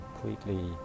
completely